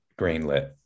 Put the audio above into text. greenlit